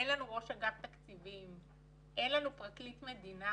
אין לנו ראש אגף תקציבים, אין לנו פרקליט מדינה.